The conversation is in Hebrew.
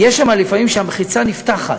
לפעמים המחיצה שם נפתחת,